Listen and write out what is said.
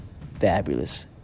fabulous